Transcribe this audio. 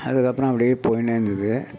அதுக்கப்புறம் அப்படியே போயின்னே இருந்தது